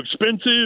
expensive